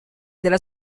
della